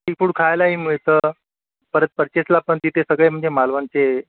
seafood खायलाही मिळतं परत पर्चेसला पण तिथे सगळे म्हणजे मालवणचे